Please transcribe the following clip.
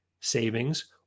savings